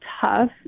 tough